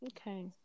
Okay